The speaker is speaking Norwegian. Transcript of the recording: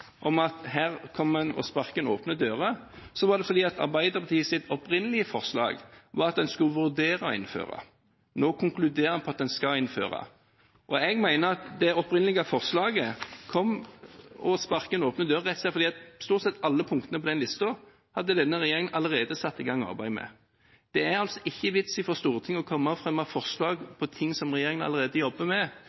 om at her kommer en og sparker inn åpne dører, kom fordi Arbeiderpartiets opprinnelige forslag var at en skulle vurdere å innføre, nå konkluderer en at en skal innføre. Jeg mener at det opprinnelige forslaget sparker inn åpne dører, rett og slett fordi denne regjeringen allerede hadde satt i gang arbeidet med stort sett alle punktene på listen. Det er altså ingen vits for Stortinget å fremme forslag om noe som regjeringen allerede jobber med.